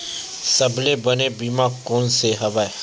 सबले बने बीमा कोन से हवय?